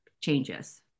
changes